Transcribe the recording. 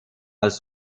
als